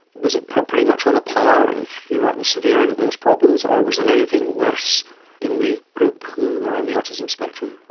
was it pretty much on a par if you were at the severe end of those problems or was it anything worse in the group who were on the autism spectrum?